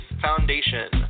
Foundation